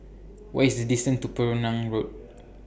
What IS The distance to Penang Road